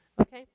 Okay